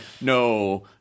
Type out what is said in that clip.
no